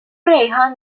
ریحان